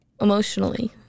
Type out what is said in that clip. emotionally